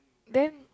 then